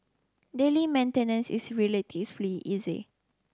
daily maintenance is relatively easy